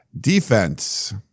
defense